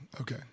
okay